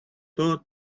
though